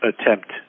attempt